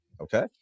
okay